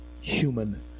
human